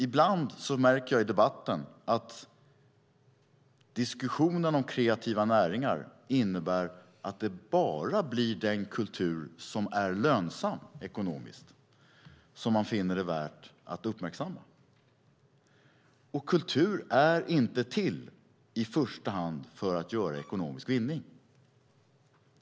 Ibland märker jag i debatten att diskussionen om kreativa näringar innebär att det blir bara den kultur som är lönsam ekonomiskt som man finner det värt att uppmärksamma. Men kultur är inte i första hand till för att göra ekonomisk vinning.